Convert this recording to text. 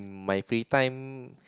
my free time